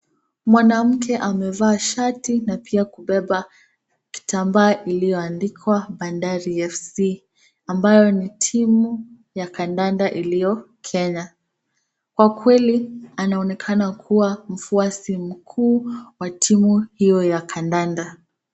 Mwanamke amevaa shati na pia kubeba kitambaa iliyoandikwa Bandari F.C, ambayo ni timu ya kandanda iliyo Kenya. Kwa kweli, anaonekana kuwa mfuasi mkuu wa timu hiyo ya kandanda.